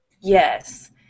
Yes